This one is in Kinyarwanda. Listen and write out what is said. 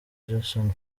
jason